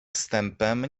wstępem